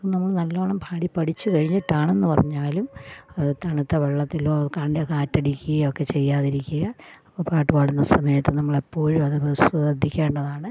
നമ്മൾ നല്ലോണം പാടി പഠിച്ച് കഴിഞ്ഞിട്ടാണെന്ന് പറഞ്ഞാലും അത് തണുത്ത വെള്ളത്തിലോ കണ്ടേ കാറ്റ് അടിക്കക്യോകുക ഒക്കെ ചെയ്യാതിരി പാട്ട് പാടുന്ന സമയത്ത് നമ്മൾ ഏപ്പോഴും അത് ശ്രദ്ധിക്കേണ്ടതാണ്